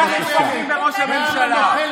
62